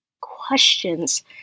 questions